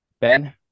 Ben